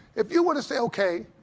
if you were to say, okay,